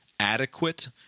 Adequate